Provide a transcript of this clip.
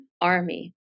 Army